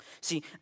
See